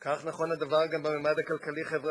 כך נכון הדבר גם בממד הכלכלי-חברתי.